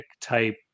type